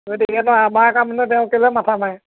গতিকে নো আমাৰ কামলৈ তেওঁ কেলে মাথা মাৰে